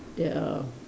there are